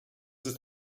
ist